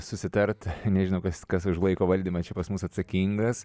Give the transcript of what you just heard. susitart nežinau kas kas už laiko valdymą čia pas mus atsakingas